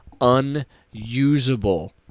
unusable